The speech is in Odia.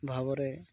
ଭାବରେ